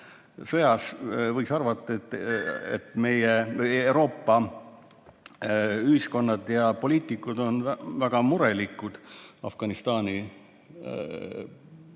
sõjas, võiks arvata, et meie Euroopa ühiskonnad ja poliitikud on väga murelikud Afganistani